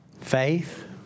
faith